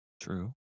True